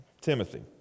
Timothy